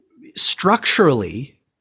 structurally